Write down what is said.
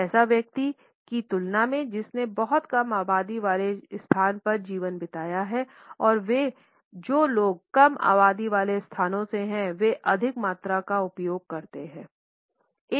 एक ऐसे व्यक्ति की तुलना में जिसने बहुत कम आबादी वाले स्थान पर जीवन बिताया है और वे जो लोग कम आबादी वाले स्थानों से हैं वे अधिक मात्रा का उपयोग करते हैं